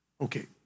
Okay